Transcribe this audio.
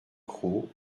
cros